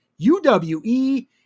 UWE